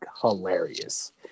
hilarious